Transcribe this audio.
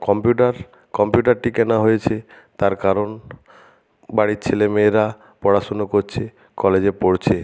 computer কম্পিউটারটি কেনা হয়েছে তার কারণ বাড়ির ছেলে মেয়েরা পড়াশুনো করছে কলেজে পড়ছে